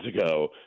ago